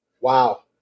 Wow